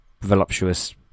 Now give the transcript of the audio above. voluptuous